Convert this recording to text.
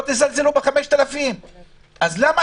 שלא תזלזלו ב-5,000.